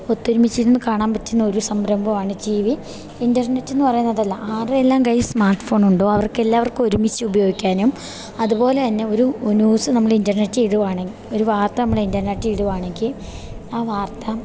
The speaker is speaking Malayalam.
ഒത്തൊരുമിച്ചിരുന്ന് കാണാൻ പറ്റുന്ന ഒരു സംരംഭമാണ് ടി വി ഇൻ്റർനെറ്റ് എന്നു പറയുന്നതല്ല ആരുടെയെല്ലാം കയ്യിൽ സ്മാർട്ട് ഫോണുണ്ടോ അവർക്കെല്ലാവർക്കും ഒരുമിച്ച് ഉപയോഗിക്കാനും അതുപോലെതന്നെ ഒരു ന്യൂസ് നമ്മൾ ഇൻ്റർനെറ്റ് ഇടുകയാണെങ്കിൽ ഒരു വാർത്ത നമ്മൾ ഇൻ്റർനെറ്റിൽ ഇടുകയാണെങ്കിൽ ആ വാർത്ത